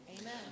Amen